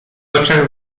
oczach